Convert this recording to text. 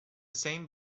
same